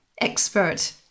expert